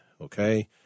Okay